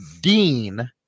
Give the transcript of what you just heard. dean